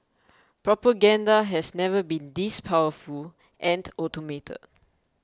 propaganda has never been this powerful and automated